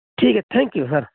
ਠੀਕ ਹੈ thank you sir